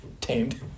tamed